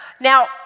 Now